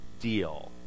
deal